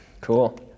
Cool